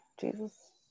Jesus